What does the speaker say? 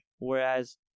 Whereas